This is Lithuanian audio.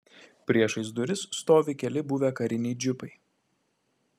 priešais duris stovi keli buvę kariniai džipai